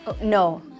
No